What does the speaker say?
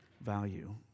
value